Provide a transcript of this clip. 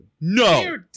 no